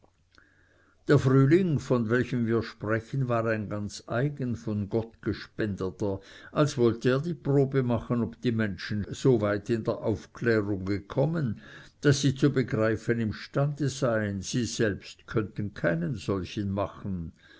der frühling von welchem wir sprechen war ein ganz eigen von gott gespendeter als wollte er die probe machen ob die menschen so weit in der aufklärung gekommen daß sie zu begreifen imstande seien sie selbst könnten keinen solchen machen